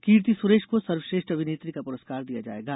कीर्ति सुरेश को सर्वश्रेष्ठ अभिनेत्री का पुरस्कार दिया जाएगा